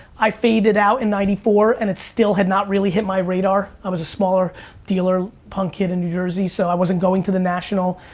i faded out in ninety four and it still had not really hit my radar. i was a smaller dealer, punk kid in new jersey, so i wasn't going to the national.